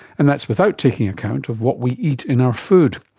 and that's without taking account of what we eat in our food.